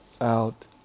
out